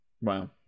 Wow